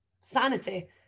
Sanity